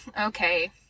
Okay